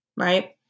right